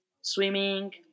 swimming